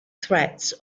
threads